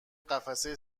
قفسه